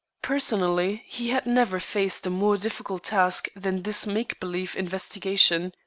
personally, he had never faced a more difficult task than this make-believe investigation.